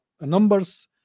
numbers